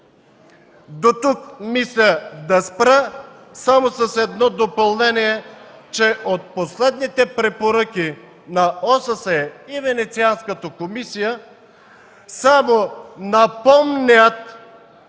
Дотук мисля да спра, само с едно допълнение, че последните препоръки на ОССЕ и на Венецианската комисия само напомнят,